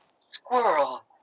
squirrel